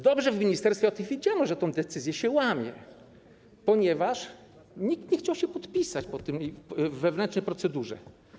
Dobrze w ministerstwie o tym wiedziano, że tą decyzją się łamie, ponieważ nikt nie chciał się podpisać w wewnętrznej procedurze.